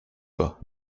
pas